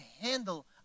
handle